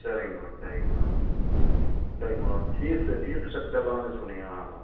சரிங்க மேடம் சரிங்க மேடம் சரிங்க மேடம் ஃபீஸ்ஸு ஃபீஸ் ஸ்டக்ச்சர்லாம் கொஞ்சம் சொன்னிங்கனா நல்லாயிருக்கும்